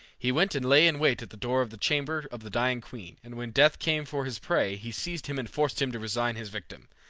he went and lay in wait at the door of the chamber of the dying queen, and when death came for his prey, he seized him and forced him to resign his victim.